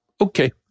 Okay